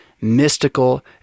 mystical